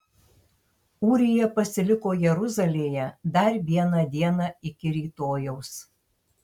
ūrija pasiliko jeruzalėje dar vieną dieną iki rytojaus